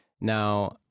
Now